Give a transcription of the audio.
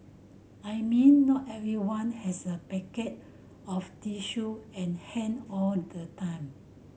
I mean not everyone has a packet of tissue at hand all the time